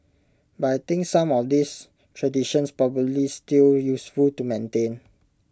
but I think some of these traditions probably still useful to maintain